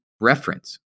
reference